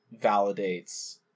validates